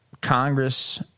Congress